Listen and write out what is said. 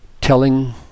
telling